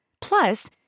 Plus